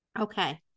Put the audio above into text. okay